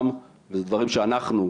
גם לדברים שאנחנו,